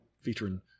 Featuring